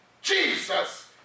Jesus